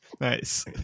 nice